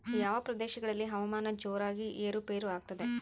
ಯಾವ ಪ್ರದೇಶಗಳಲ್ಲಿ ಹವಾಮಾನ ಜೋರಾಗಿ ಏರು ಪೇರು ಆಗ್ತದೆ?